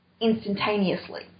instantaneously